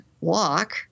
walk